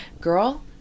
girl